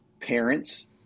parents